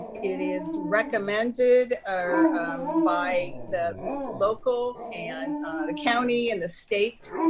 it is recommended by the local and the county and the state